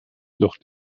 doch